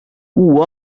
kuu